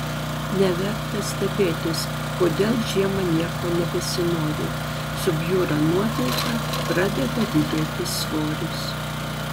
neverta stebėtis kodėl žiemą nieko nebesinori subjūra nuotaika pradeda didėti svoris